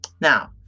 Now